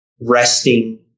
resting